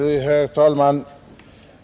Herr talman!